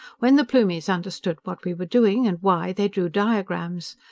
when the plumies understood what we were doing, and why, they drew diagrams.